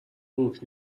بروک